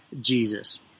Jesus